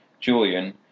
Julian